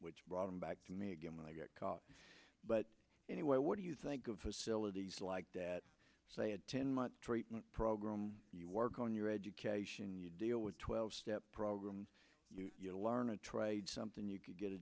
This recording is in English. which brought him back to me again when i got caught but anyway what do you think of facilities like that say a ten month treatment program you work on your education you deal with twelve step programs you learn a trade something you could get a